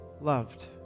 loved